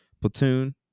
platoon